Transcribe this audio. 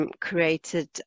created